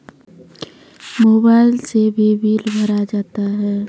Mobile से भी bill भरा जाता हैं?